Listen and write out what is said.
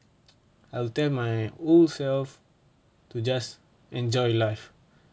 I'll tell my old self to just enjoy life